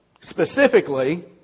Specifically